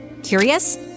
curious